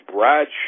Brad